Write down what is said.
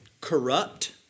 corrupt